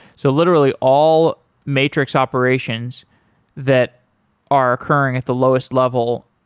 so literally, all matrix operations that are occurring at the lowest level,